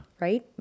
Right